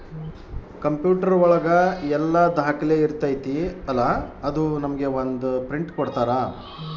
computer ಒಳಗ ಎಲ್ಲ ದಾಖಲೆ ಇರ್ತೈತಿ ಅಲಾ ಅದು ನಮ್ಗೆ ಒಂದ್ ಪ್ರಿಂಟ್ ಕೊಡ್ತಾರ